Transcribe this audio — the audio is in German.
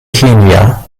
kenia